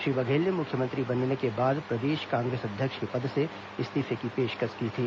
श्री बघेल ने मुख्यमंत्री बनने के बाद प्रदेश कांग्रेस अध्यक्ष के पद से इस्तीफे की पेशकश की थी